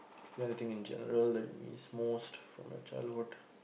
is there anything in general that you miss most from your childhood